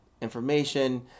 information